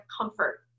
comfort